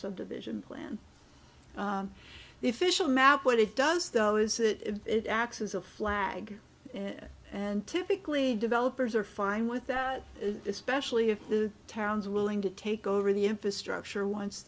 subdivision plan the official map what it does though is that it acts as a flag and typically developers are fine with that especially if the town's willing to take over the infrastructure once